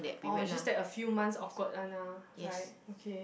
orh it's just that a few months awkward one ah right okay